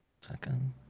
second